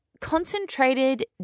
Concentrated